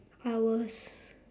I was